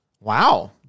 wow